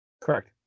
Correct